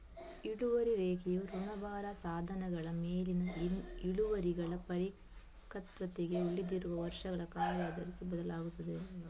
ಇಳುವರಿ ರೇಖೆಯು ಋಣಭಾರ ಸಾಧನಗಳ ಮೇಲಿನ ಇಳುವರಿಗಳು ಪರಿಪಕ್ವತೆಗೆ ಉಳಿದಿರುವ ವರ್ಷಗಳ ಕಾರ್ಯ ಆಧರಿಸಿ ಬದಲಾಗುತ್ತದೆ